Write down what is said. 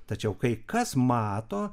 tačiau kai kas mato